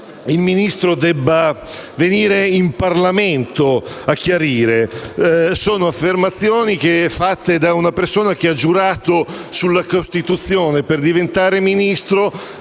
il Ministro debba venire in Parlamento a chiarire. Sono affermazioni rese da una persona che ha giurato sulla Costituzione per diventare Ministro